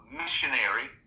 missionary